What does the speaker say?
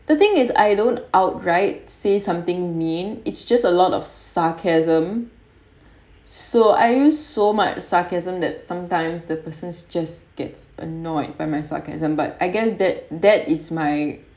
the thing is I don't outright say something mean it's just a lot of sarcasm so I use so much sarcasm that sometimes the person's just gets annoyed by my sarcasm but I guess that that is my